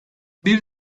bir